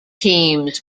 teams